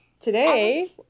Today